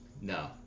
No